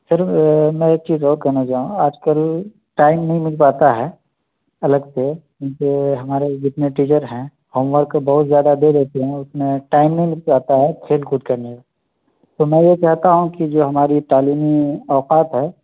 سر میں ایک چیز اور کہنا چاہوں آج کل ٹائم نہیں مِل پاتا ہے الگ سے جو ہمارے جتنے ٹیچر ہیں ہوم ورک بہت زیادہ دے دیتے ہیں اُس میں ٹائم نہیں مِل پاتا ہے کھیل کود کرنے کا تو میں یہ چاہتا ہوں کہ جو ہماری تعلیمی اوقات ہے